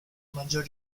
maggior